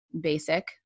basic